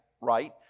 right